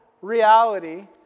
reality